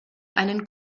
einen